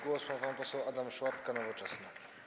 Głos ma pan poseł Adam Szłapka, Nowoczesna.